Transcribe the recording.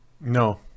no